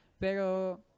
Pero